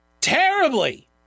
terribly